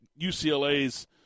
UCLA's –